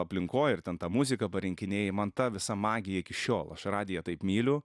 aplinkoj ir ten tą muziką parinkinėji man ta visa magija iki šiol aš radiją taip myliu